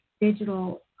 digital